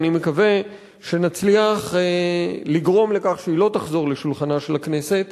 ואני מקווה שנצליח לגרום לכך שהיא לא תחזור לשולחנה של הכנסת.